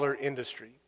industry